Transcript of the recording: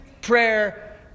prayer